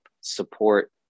support